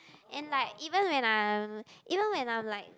and like even when I'm even when I'm like